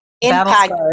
impact